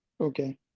Okay